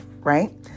right